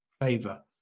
favor